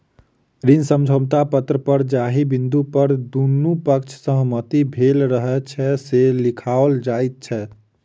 ऋण समझौता पत्र पर जाहि बिन्दु पर दुनू पक्षक सहमति भेल रहैत छै, से लिखाओल जाइत छै